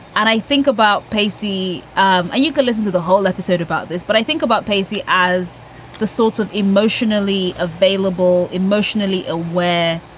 and i think about pacey, um you can listen to the whole episode about this, but i think about pacey as the sorts of emotionally available, emotionally aware,